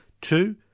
Two